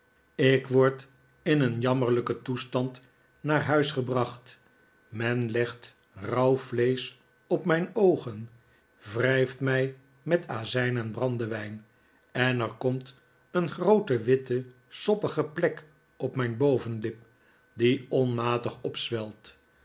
ik word in een jammerlijken toestand naar huis gebracht men legt rauw vleesch op mijn oogen wrijft mij met azijn en brandewijn en er komt een groote witte sopperige plek op mijn bovenlip die onmatig opzwelt